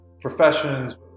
professions